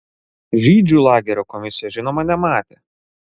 žydžių lagerio komisija žinoma nematė